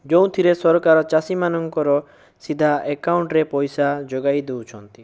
ଯୋଉଁଥିରେ ସରକାର ଚାଷିମାନଙ୍କର ସିଧା ଏକାଉଣ୍ଟରେ ପଇସା ଯୋଗାଇ ଦେଉଛନ୍ତି